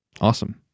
Awesome